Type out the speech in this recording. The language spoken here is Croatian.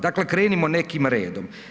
Dakle krenimo nekim redom.